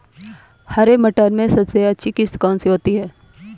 हरे मटर में सबसे अच्छी किश्त कौन सी होती है?